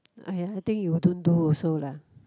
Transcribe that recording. !aiya! I think you don't do also lah